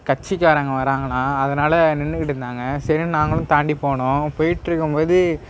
கட்சிக்காரங்க வாராங்களாம் அதனால நின்றுக்கிட்டு இருந்தாங்க சரினு நாங்களும் தாண்டி போனோம் போயிட்டு இருக்கும் போது